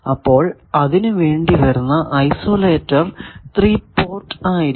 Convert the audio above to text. അപ്പോൾ അതിനു വേണ്ടി വരുന്ന ഐസൊലേറ്റർ 3 പോർട്ട് ആയിരിക്കണം